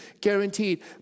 guaranteed